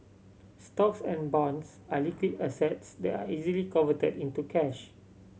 stocks and bonds are liquid assets they are easily converted into cash